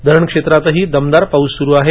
धरणक्षेत्रातही दमदार पाऊस सुरू आहे